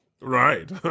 Right